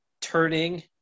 turning